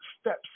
steps